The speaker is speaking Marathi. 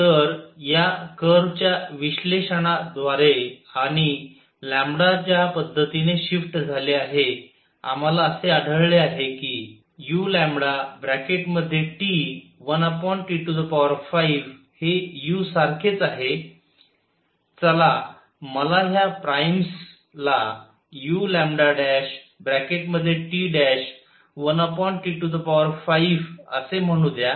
तर या कर्व च्या विश्लेषणाद्वारे आणि लॅम्बडा ज्या पद्धतीने शिफ्ट झाले आहे आम्हाला असे आढळले आहे की u1T5 हे u सारखेच आहे चला मला ह्या प्राईम्सला uλT'1T5असे म्हणू द्या